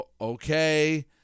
okay